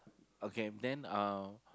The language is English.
okay then